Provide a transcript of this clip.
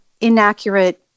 inaccurate